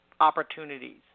opportunities